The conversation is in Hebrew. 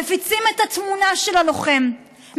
שמפיצים את התמונה של הלוחם,